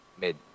mid